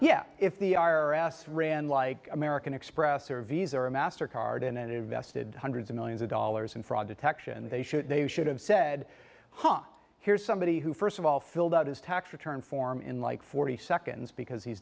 yes if the i r s ran like american express or visa or master card and invested hundreds of millions of dollars in fraud detection they should they should have said huh here's somebody who first of all filled out his tax return form in like forty seconds because he's